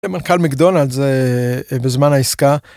מנכל מקדונלדס בזמן העסקה.